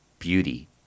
beauty